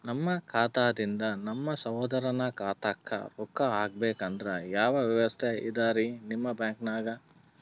ನಮ್ಮ ಖಾತಾದಿಂದ ನಮ್ಮ ಸಹೋದರನ ಖಾತಾಕ್ಕಾ ರೊಕ್ಕಾ ಹಾಕ್ಬೇಕಂದ್ರ ಯಾವ ವ್ಯವಸ್ಥೆ ಇದರೀ ನಿಮ್ಮ ಬ್ಯಾಂಕ್ನಾಗ?